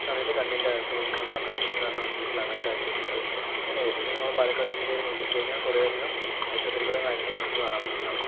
അതായത് കണ്ണിൻ്റെ അസുഖങ്ങൾ മാത്രം ഇതാക്കാൻ വേണ്ടിട്ടുള്ള അങ്ങനത്തെ ആശുപത്രികള് അങ്ങനെ ഏകദേശം നമ്മുടെ പാലക്കാട് ജില്ലയിൽ നോക്കി കഴിഞ്ഞാൽ കുറെ അധികം ആശുപത്രികളും കാര്യങ്ങളും നമുക്ക് കാണാൻ പറ്റുന്നതാണ്